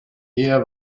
ehe